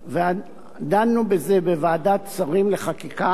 ודנו בזה בוועדת שרים לחקיקה,